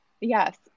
Yes